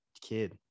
kid